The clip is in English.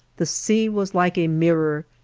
the sea was like a mirror,